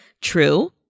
True